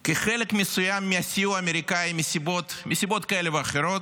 כי חלק מהסיוע האמריקאי, מסיבות כאלה ואחרות,